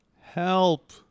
Help